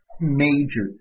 major